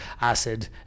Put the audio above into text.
acid